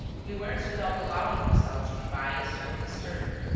he works without allowing himself to be biased or disturbed.